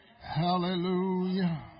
Hallelujah